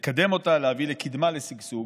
לקדם אותה, להביא לקדמה, לשגשוג,